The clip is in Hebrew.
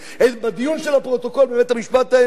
בפרוטוקול של הדיון בבית-המשפט העליון.